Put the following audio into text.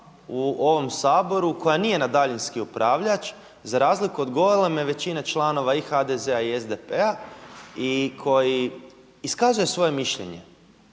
u ovom Saboru koja nije na daljinski upravljač za razliku od goleme većine članova i HDZ-a i SDP-a i koji iskazuje svoje mišljenje,